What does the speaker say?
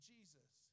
Jesus